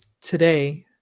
today